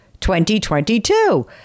2022